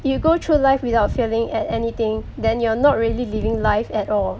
you go through life without failing at anything then you're not really living life at all